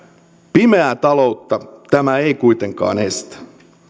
pimeää taloutta tämä ei kuitenkaan estä